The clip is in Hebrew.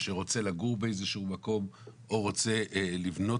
שרוצה לגור באיזה שהוא מקום או רוצה לבנות